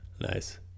Nice